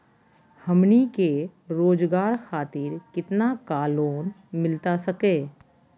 हमनी के रोगजागर खातिर कितना का लोन मिलता सके?